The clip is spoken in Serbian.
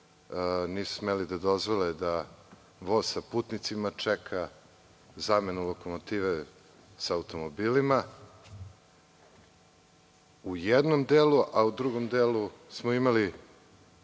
nisu smeli da dozvole da voz sa putnicima čeka zamenu lokomotive sa automobilima. U jednom delu, a u drugom delu, smo imali